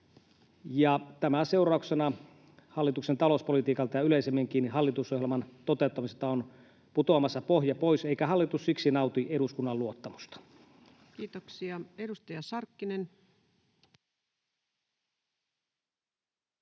Tämän seurauksena hallituksen talouspolitiikalta ja yleisemminkin hallitusohjelman toteuttamiselta on putoamassa pohja pois, eikä hallitus siksi nauti eduskunnan luottamusta. Kiitoksia. — Edustaja Sarkkinen.